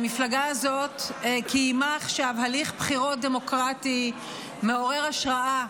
המפלגה הזאת קיימה עכשיו הליך בחירות דמוקרטי מעורר השראה